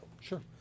Sure